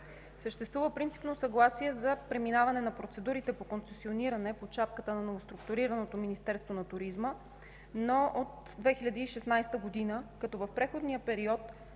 Съществува принципно съгласие за преминаване на процедурите по концесиониране под шапката на новоструктурираното Министерство на туризма, но от 2016 г., като в преходния период